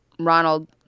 Ronald